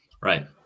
Right